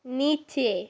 নিচে